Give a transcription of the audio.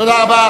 תודה רבה.